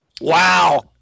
Wow